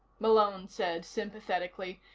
malone said sympathetically,